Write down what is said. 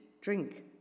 drink